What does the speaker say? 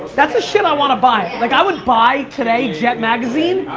that's the shit i want to buy. like i would buy today jet magazine,